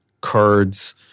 Kurds